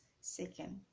second